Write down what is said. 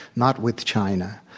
not with china,